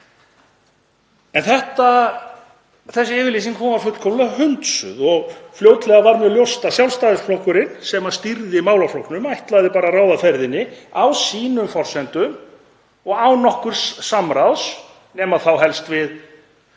En þessi yfirlýsing var fullkomlega hunsuð og fljótlega varð ljóst að Sjálfstæðisflokkurinn, sem stýrði málaflokknum, ætlaði bara að ráða ferðinni á sínum forsendum og án nokkurs samráðs nema þá helst við